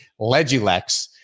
Legilex